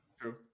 true